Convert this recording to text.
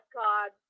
god